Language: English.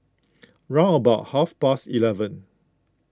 round about half past eleven